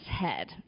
head